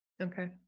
Okay